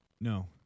No